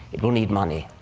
it will need money.